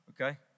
Okay